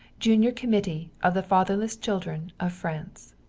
junior committee of the fatherless children of france.